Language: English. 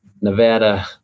Nevada